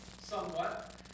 somewhat